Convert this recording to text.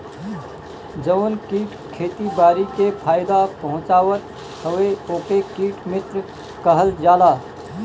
जवन कीट खेती बारी के फायदा पहुँचावत हवे ओके कीट मित्र कहल जाला